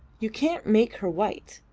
you can't make her white.